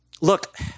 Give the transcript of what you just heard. look